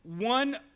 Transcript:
one